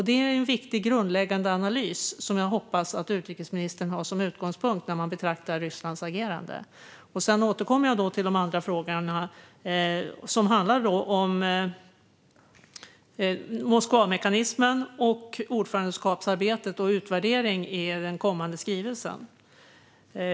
Det är en viktig, grundläggande analys som jag hoppas att utrikesministern har som utgångspunkt vid betraktande av Rysslands agerande. Jag återkommer till de andra frågorna, som handlar om Moskvamekanismen, ordförandeskapsarbetet och utvärderingen i den kommande skrivelsen.